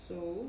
so